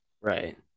Right